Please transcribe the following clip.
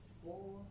four